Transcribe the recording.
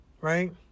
Right